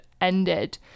ended